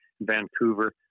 Vancouver